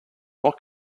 what